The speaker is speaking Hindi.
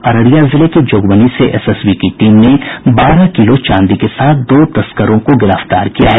अररिया जिले के जोगबनी से एसएसबी की टीम ने बारह किलो चांदी के साथ दो तस्करों को गिरफ्तार किया है